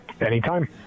Anytime